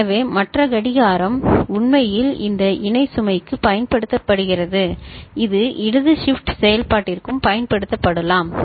எனவே மற்ற கடிகாரம் உண்மையில் இந்த இணை சுமைக்கு பயன்படுத்தப்படுகிறது இது இடது ஷிப்ட் செயல்பாட்டிற்கும் பயன்படுத்தப்படலாம்